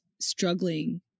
struggling